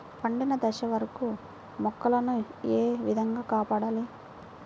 పండిన దశ వరకు మొక్కల ను ఏ విధంగా కాపాడాలి?